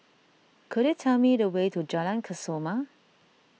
could you tell me the way to Jalan Kesoma